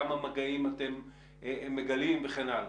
כמה מגעים אתם מגלים וכן הלאה.